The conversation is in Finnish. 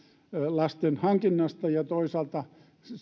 lasten hankinnasta ja toisaalta